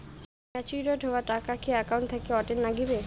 Matured হওয়া টাকাটা কি একাউন্ট থাকি অটের নাগিবে?